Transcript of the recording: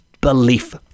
belief